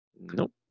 Nope